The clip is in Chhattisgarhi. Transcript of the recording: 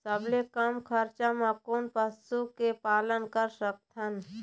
सबले कम खरचा मा कोन पशु के पालन कर सकथन?